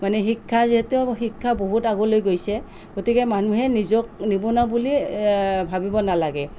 মানে শিক্ষা যিহেতু শিক্ষা বহুত আগলৈ গৈছে গতিকে মানুহে নিজক নিবনুৱা বুলি ভাবিব নেলাগে